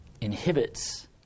inhibits